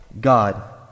God